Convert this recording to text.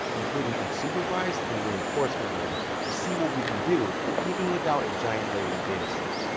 including unsupervised and reinforcement learning, to see what we can do even without a giant labeled dataset.